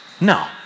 No